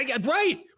Right